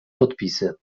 podpisy